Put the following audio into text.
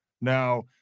Now